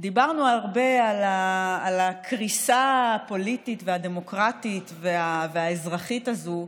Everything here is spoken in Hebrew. דיברנו הרבה על הקריסה הפוליטית והדמוקרטית והאזרחית הזו,